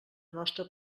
nostra